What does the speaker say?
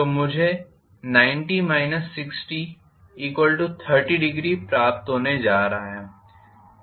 तो मुझे 90 60 30 डिग्री प्राप्त होने जा रहा है